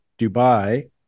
Dubai